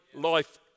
life